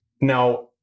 Now